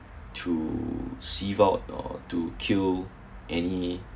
to see out to kill any